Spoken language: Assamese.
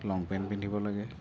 লং পেণ্ট পিন্ধিব লাগে